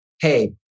hey